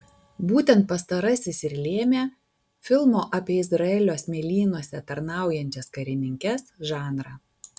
būtent pastarasis ir lėmė filmo apie izraelio smėlynuose tarnaujančias karininkes žanrą